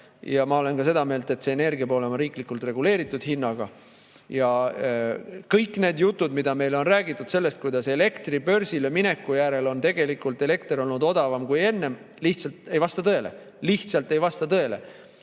ja ma olen ka seda meelt, et see energia peab olema riiklikult reguleeritud hinnaga. Ja kõik need jutud, mida meile on räägitud sellest, kuidas elektri börsile mineku järel on tegelikult elekter olnud odavam kui enne, lihtsalt ei vasta tõele. Lihtsalt ei vasta tõele!